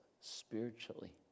spiritually